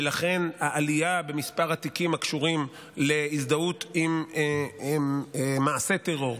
ולכן העלייה במספר התיקים הקשורים להזדהות עם מעשי טרור,